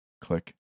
Click